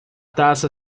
taça